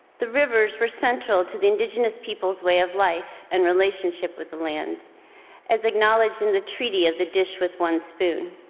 the rivers were central to the indigenous people's way of life and relationship with the land as acknowledged in the treaty of the dish with one spoon,